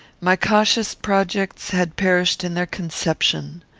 my cautious projects had perished in their conception.